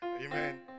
Amen